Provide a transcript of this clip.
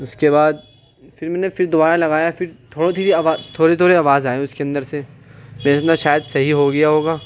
اس کے بعد پھر میں نے پھر دوبارہ لگایا پھر تھوڑی تھوڑی تھوڑی تھوڑی آواز آئی اس کے اندر سے بیچ میں شاید صحیح ہو گیا ہوگا